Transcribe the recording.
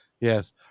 yes